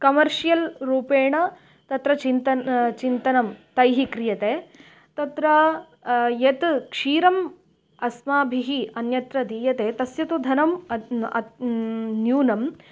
commercial रूपेण तत्र चिन्तनं चिन्तनं तैः क्रियते तत्र यत् क्षीरम् अस्माभिः अन्यत्र दीयते तस्य तु धनम् न्यूनं